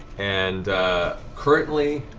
and currently,